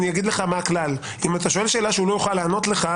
אגיד לך מה הכלל: אם אתה שואל שאלה שהוא לא יוכל לענות לך,